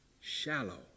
shallow